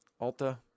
Alta